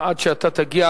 עד שאתה תגיע,